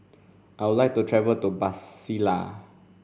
I would like to travel to Brasilia